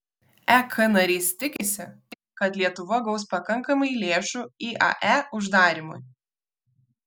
ek narys tikisi kad lietuva gaus pakankamai lėšų iae uždarymui